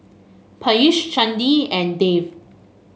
Peyush Chandi and Dev